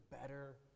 better